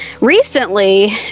recently